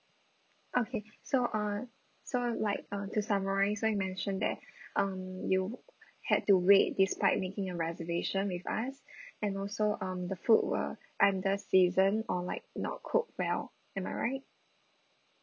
okay so uh so like uh to summarise what you mentioned that um you had to wait despite making a reservation with us and also um the food were under seasoned or like not cooked well am I right